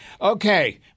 Okay